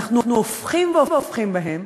אנחנו הופכים והופכים בהם